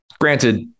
Granted